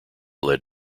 led